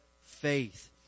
faith